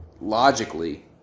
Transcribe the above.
logically